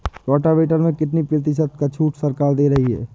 Rotavator में कितनी प्रतिशत का छूट सरकार दे रही है?